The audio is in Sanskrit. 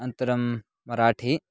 अनन्तरं मराठि